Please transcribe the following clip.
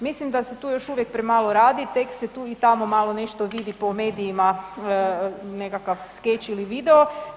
Mislim da se tu još uvijek premalo radi, tek se tu i tamo malo nešto vidi po medijima nekakav skeč ili video.